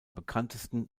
bekanntesten